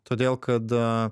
todėl kad